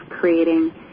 creating